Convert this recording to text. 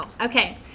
Okay